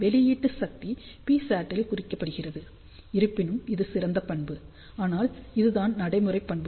வெளியீட்டு சக்தி Psat ஆல் குறிக்கப்படுகிறது இருப்பினும் இது சிறந்த பண்பு ஆனால் இதுதான்நடைமுறை பண்புகள்